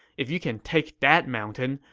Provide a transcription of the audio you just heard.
if you can take that mountain,